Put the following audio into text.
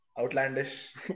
outlandish